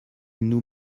nous